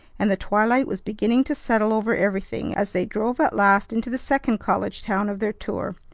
and the twilight was beginning to settle over everything as they drove at last into the second college town of their tour,